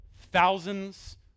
thousands